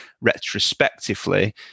retrospectively